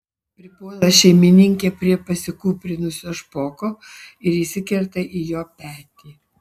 pripuola šeimininkė prie pasikūprinusio špoko ir įsikerta į jo petį